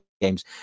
games